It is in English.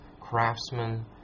craftsmen